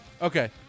Okay